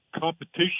competition